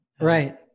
right